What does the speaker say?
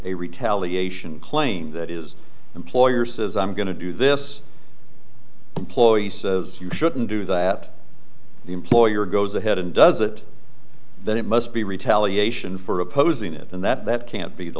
a retaliation claim that is employer says i'm going to do this employee says you shouldn't do that the employer goes ahead and does it then it must be retaliation for opposing it and that that can't be the